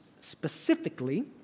specifically